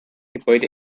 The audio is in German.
gebäude